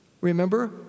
remember